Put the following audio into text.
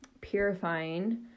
purifying